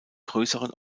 größeren